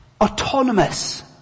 autonomous